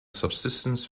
subsistence